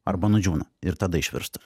arba nudžiūna ir tada išvirsta